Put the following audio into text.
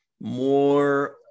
more